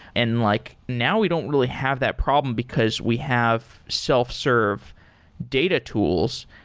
and like now we don't really have that problem, because we have self-serve data tools,